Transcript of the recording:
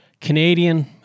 Canadian